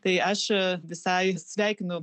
tai aš visai sveikinu